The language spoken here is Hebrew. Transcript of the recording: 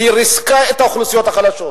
ריסקה את האוכלוסיות החלשות.